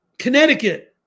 Connecticut